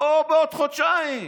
או בעוד חודשיים.